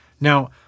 Now